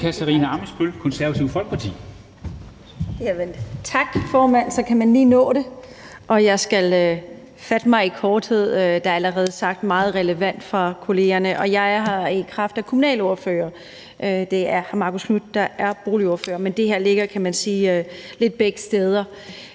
Tak, formand. Så kan man lige nå det. Og jeg skal fatte mig i korthed. Der er allerede sagt meget relevant fra kollegaerne, og jeg er her som kommunalordfører, for det er hr. Marcus Knuth, der er boligordfører. Men det her ligger, kan man sige,